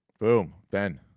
boom, ben!